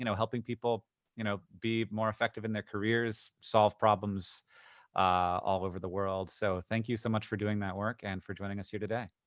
you know helping people you know be more effective in their careers, solve problems all over the world. so thank you so much for doing that work and for joining us here today.